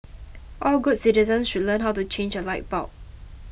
all good citizens should learn how to change a light bulb